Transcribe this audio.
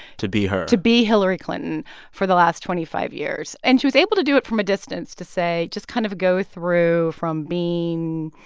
to be her. to be hillary clinton for the last twenty five years. and she was able to do it from a distance to say just kind of go through from being,